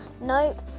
nope